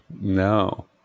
no